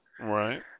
Right